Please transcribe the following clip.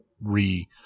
re –